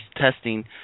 testing